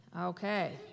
Okay